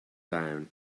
down